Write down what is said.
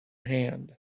hand